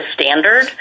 standard